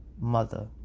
Mother